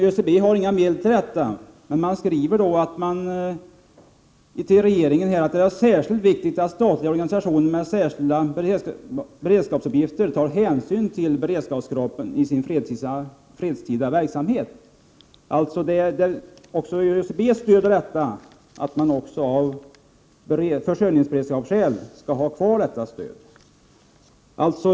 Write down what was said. ÖCB har inga medel till detta men skriver till regeringen att det är särskilt viktigt att statliga organisationer med särskilda beredskapsuppgifter tar hänsyn till beredskapskraven i sin fredstida verksamhet. ÖCB tillstyrker alltså att man av försörjningsberedskapsskäl skall ha kvar detta stöd.